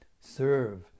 Serve